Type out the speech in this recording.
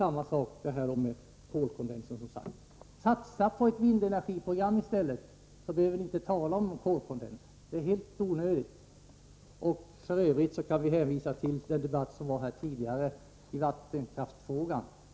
Samma sak gäller frågan om kolkondensen. Satsa på ett vindenergiprogram i stället, så behöver vi inte tala om kolkondens. Det är helt onödigt. I övrigt kan man hänvisa till den tidigare debatten om vattenkraftsfrågan.